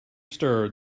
stir